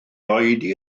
oedi